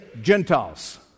Gentiles